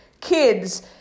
kids